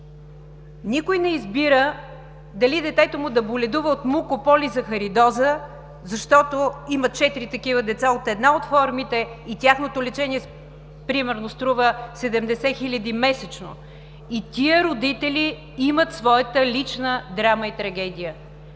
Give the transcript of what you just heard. Никой не избира дали детето му да боледува от мукополизахаридоза, защото има четири такива деца. На една от формите тяхното лечение примерно струва 70 хиляди месечно и тези родители имат своята лична драма и трагедия.